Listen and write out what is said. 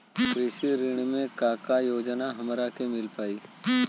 कृषि ऋण मे का का योजना हमरा के मिल पाई?